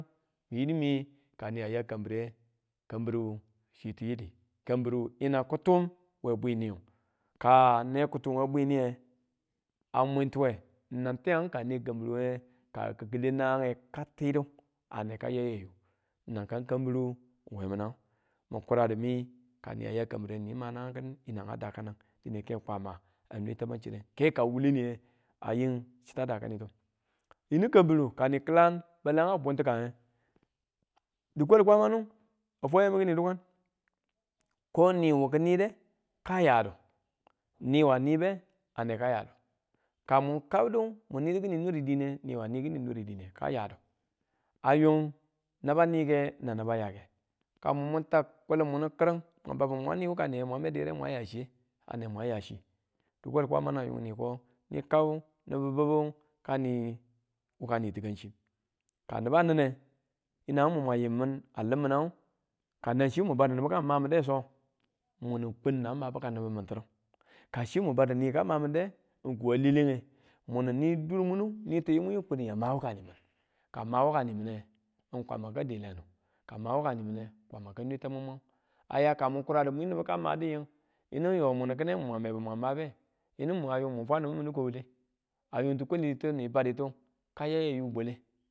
Min yidu mi kani a ya kambire, kambiru chi tiyili kambiru yina kitum we bwiniyu, kaa ne kitum we bwiniye a mwintuwe n nan tiyang ka ne kambiruwe ku ki kite naange ka ti du ane ka ya yoyo nang kangu kambiru weminangu mu kurami ka ni a ya kambire ni ma naangi kin yinanga dakanag dine Kwama a nwe tamang chirengu ke nana wule niye Yying chita a dakanitu, yinu kambiru kani kilan balanga buntikange dikwal kwamanu a fwa yamu kini dukan ko ni wu kinide ka yadu niwa a nibe a neka yadu ka mun kadu mun nidu kini niri diine niwa ni kini nir diine ka yadu a yung naba nike nan naba yeki kamun tau kulin muni kiring mwan babu mwani wuka niye mwan medu yire mwan ya chiye, a ne mwan ya chi dikwal kwamanu a yungni ko ni kau nibu bibu kani wukani tikanchim, ka niba ne yinangu mun mwan yimin a liminagu kananchi mun badu nibu maminde so? mu ni kung nan ma bikam nibu min tinu ka chi mun badu nibu kan man minde n ku a lelenge mumin ni durmunu ni ti yimwiyu kun yaang ma waka nimin, kan ma waka ni mine n kwama ka delanu ka ma waka ni mine n kwama nwe tamang mwan a ya ka mu kuradu mwi nibuka madi ying yinu yo muni kine mwan webu maben yinu mwang a ying mu fwa nibu min ko wule yinu tikwalitu ni baditu kaya yayu bwale.